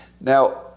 Now